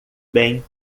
bem